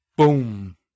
Boom